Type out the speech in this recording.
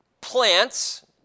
plants